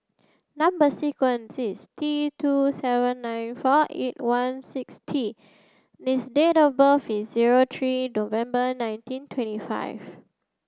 number sequence is T two seven nine four eight one six T and date of birth is zero three November nineteen twenty five